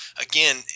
again